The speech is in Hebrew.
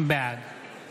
בעד